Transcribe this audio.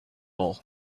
all